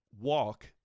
walk